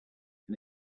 and